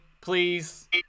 Please